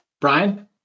Brian